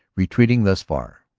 retreating thus far,